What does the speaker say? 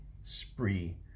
spree